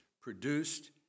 produced